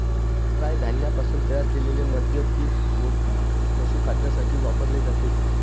राय धान्यापासून तयार केलेले मद्य पीठ, वोडका, पशुखाद्यासाठी वापरले जाते